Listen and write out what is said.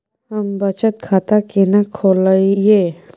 हम बचत खाता केना खोलइयै?